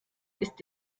ist